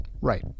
Right